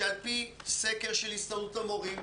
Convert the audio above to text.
שעל פי סקר של הסתדרות המורים,